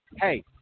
Hey